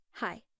Hi